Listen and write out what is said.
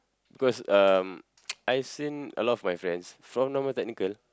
cause um I've seen a lot of my friends from normal technical